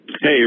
Hey